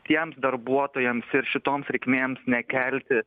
tiems darbuotojams ir šitoms reikmėms nekelti